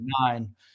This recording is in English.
nine